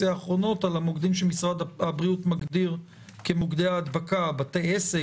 האחרונות על המוקדים שמשרד הבריאות מגדיר כמוקדי ההדבקה בתי עסק,